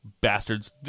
bastards